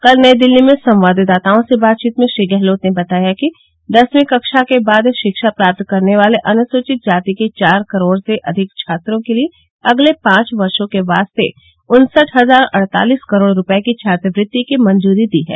कल नई दिल्ली में संवाददाताओं से बातचीत में श्री गहलोत ने बताया कि दसवीं कक्षा के बाद शिक्षा प्राप्त करने वाले अनुसूचित जाति के चार करोड़ से अधिक छात्रों के लिए अगले पांच वर्षों के वास्ते उनसठ हजार अड़तालिस करोड़ रुपये की छात्रवृत्ति की मंजूरी दी है